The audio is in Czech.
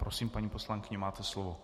Prosím, paní poslankyně, máte slovo.